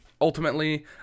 Ultimately